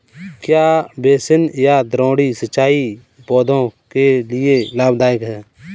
क्या बेसिन या द्रोणी सिंचाई पौधों के लिए लाभदायक है?